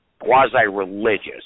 quasi-religious